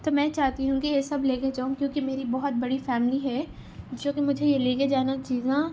تو میں چاہتی ہوں کہ یہ سب لے کے جاؤں کیونکہ میری بہت بڑی فیملی ہے جو کہ مجھے یہ لے کے جانا چیزیں